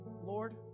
Lord